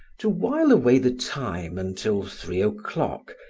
to while away the time until three o'clock,